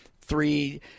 three